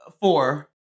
four